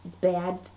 bad